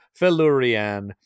Felurian